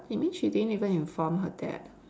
that means she didn't even inform her dad